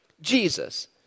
Jesus